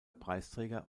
preisträger